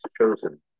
chosen